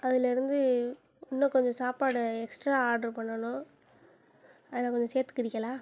அதில் இருந்து இன்னும் கொஞ்சம் சாப்பாடு எக்ஸ்ட்ரா ஆர்ட்ரு பண்ணணும் அதை கொஞ்சம் சேத்துக்கிறீங்களா